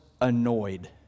annoyed